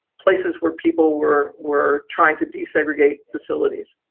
places where people were were trying to desegregate facilities.